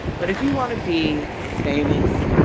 but if you want to be famous,